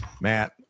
Matt